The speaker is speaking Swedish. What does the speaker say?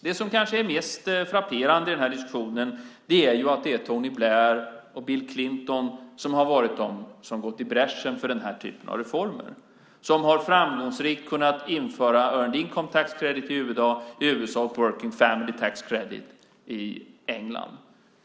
Det som kanske är mest frapperande i den här diskussionen är att det är Tony Blair och Bill Clinton som har gått i bräschen för den här typen av reformer och som framgångsrikt har kunnat införa earned income tax credit i USA och working families' tax credit i Storbritannien.